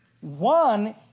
One